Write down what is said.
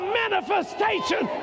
manifestation